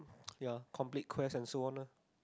ya complete quests and so on lah